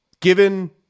given